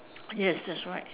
yes that's right